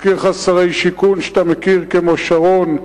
נזכיר לך שרי שיכון שאתה מכיר, כמו שרון.